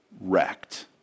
wrecked